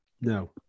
No